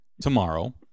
tomorrow